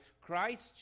Christ